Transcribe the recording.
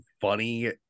funny